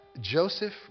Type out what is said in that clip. Joseph